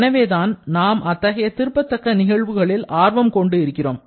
எனவேதான் நாம் அத்தகைய திருப்பத்தக்க நிகழ்வுகளில் ஆர்வம் கொண்டு இருக்கிறோம்